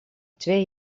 twee